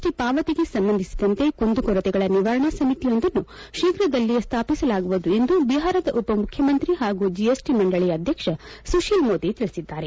T ಪಾವತಿಗೆ ಸಂಬಂಧಿಸಿದಂತೆ ಕುಂದುಕೊರತೆಗಳ ನಿವಾರಣಾ ಸಮಿತಿಯೊಂದನ್ನು ಶೀಘ್ರದಲ್ಲೇ ಸ್ವಾಪಿಸಲಾಗುವುದು ಎಂದು ಬಿಹಾರದ ಉಪಮುಖ್ಯಮಂತ್ರಿ ಹಾಗೂ ಜಿಎಸ್ಟಿ ಮಂಡಳಿಯ ಅಧ್ಯಕ್ಷ ಸುತಿಲ್ ಮೋದಿ ತಿಳಿಸಿದ್ದಾರೆ